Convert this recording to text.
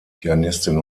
pianistin